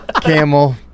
camel